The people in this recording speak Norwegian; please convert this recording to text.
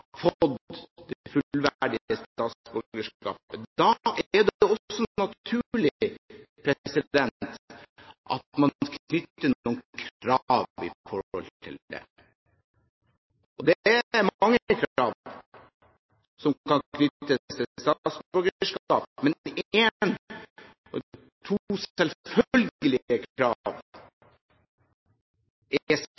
fått det fullverdige statsborgerskapet. Da er det også naturlig at man knytter noen krav til dette. Det er mange krav som kan knyttes til statsborgerskap, men to selvfølgelige